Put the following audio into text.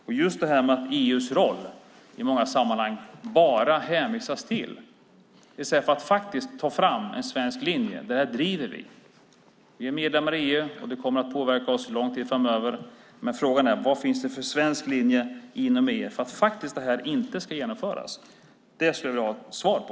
Man hänvisar bara till EU:s roll i många sammanhang i stället för att ta fram en svensk linje och säga: Det här driver vi. Vi är medlemmar i EU, och det kommer att påverka oss lång tid framöver. Men frågan är vad det finns för svensk linje inom EU för att det här inte ska genomföras. Det skulle jag vilja ha svar på.